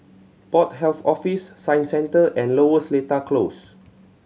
Port Health Office Science Centre and Lower Seletar Close